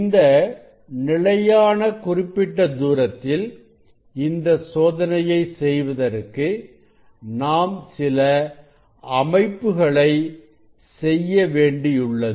இந்த நிலையான குறிப்பிட்ட தூரத்தில் இந்த சோதனையை செய்வதற்கு நாம் சில அமைப்புகளை செய்யவேண்டியுள்ளது